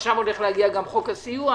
עכשיו הולך להגיע גם חוק הסיוע,